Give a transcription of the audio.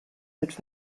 mit